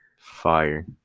Fire